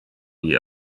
wie